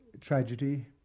tragedy